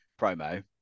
promo